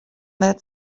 that